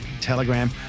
Telegram